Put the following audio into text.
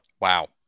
Wow